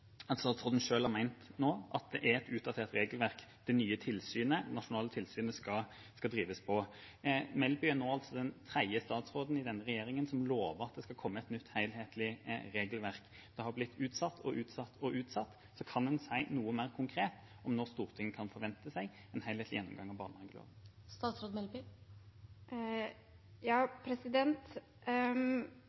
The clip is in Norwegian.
statsråden selv har nevnt nå, at det er et utdatert regelverk det nye nasjonale tilsynet skal drives på. Melby er altså nå den tredje statsråden i denne regjeringa som lover at det skal komme et nytt, helhetlig regelverk. Det har blitt utsatt og utsatt og utsatt. Kan hun si noe mer konkret om når Stortinget kan forvente seg en helhetlig gjennomgang av barnehageloven?